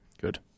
Good